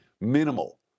minimal